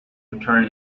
return